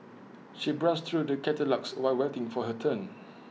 she browsed through the catalogues while waiting for her turn